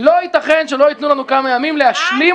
לא ייתכן שלא ייתנו לנו כמה ימים להשלים